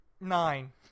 nine